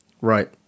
Right